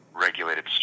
regulated